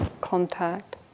contact